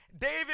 David